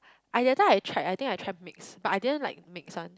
I that time I tried I think I tried mix but I didn't like mix one